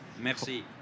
Merci